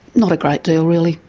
not a great deal really.